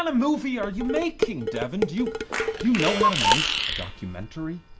um movie are you making devon? do you, do you know how to make a documentary?